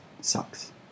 sucks